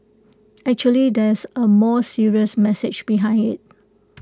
actually there's A more serious message behind IT